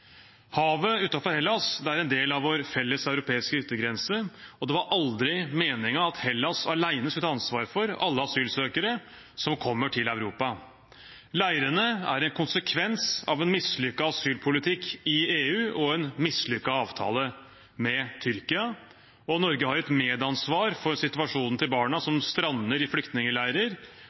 Havet utenfor Hellas er en del av vår felles europeiske yttergrense, og det var aldri meningen at Hellas alene skulle ta ansvaret for alle asylsøkere som kommer til Europa. Leirene er en konsekvens av en mislykket asylpolitikk i EU og en mislykket avtale med Tyrkia. Norge har et medansvar for situasjonen til barna som strander i flyktningleirer